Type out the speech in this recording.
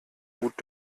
gut